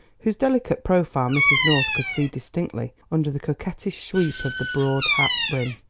whose delicate profile mrs. north could see distinctly under the coquettish sweep of the broad hat-brim.